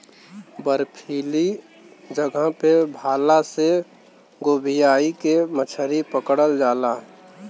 बर्फीली जगह पे भाला से गोभीयाई के मछरी पकड़ल जाला